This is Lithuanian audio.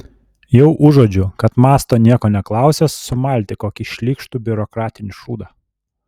jau užuodžiu kad mąsto nieko neklausęs sumalti kokį šlykštų biurokratinį šūdą